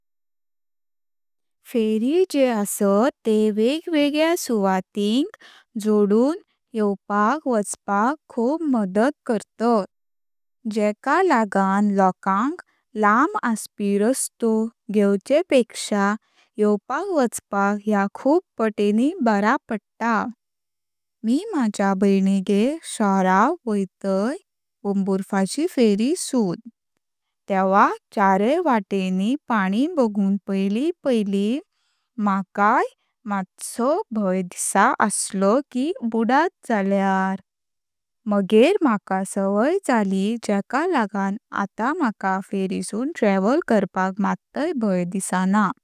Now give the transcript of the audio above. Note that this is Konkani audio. फेरी जे असत तेह वेगवेगळ्या सुवातिंच जोडून यवपाक वचपाक खूप मदद करतात, जेका लागन लोकांक लाम आसपी रस्तो घेवेंचें पेकशा यवपाक वचपाक हैय खूप पातिनी बरं पडता। मी माझ्या भैणीगर चोरां वैतय पोंबुर्फा ची फेरी सुन, तेव्हा चारे वाटेनी पाणी बगुं पोईली पोईली माकय मत्न भाय दिसा आसलो की बुधात जल्यार पण मगेर मका सवंय जाली जेका लागन आता माका फेरी सुन ट्रॅवल करपाक मततय भाय दिसना।